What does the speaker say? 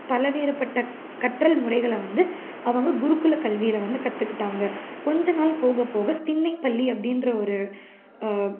பல்வேறுபட்ட கற்றல் முறைகளை வந்து அவங்க குருகுல கல்வியில் வந்து கற்றுக்கிட்டாங்க கொஞ்சம் நாள் போகப்போக திண்ணைப்பள்ளி அப்படின்ற ஒரு